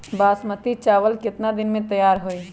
बासमती चावल केतना दिन में तयार होई?